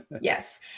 Yes